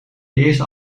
eerste